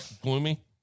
gloomy